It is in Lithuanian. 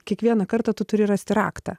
kiekvieną kartą tu turi rasti raktą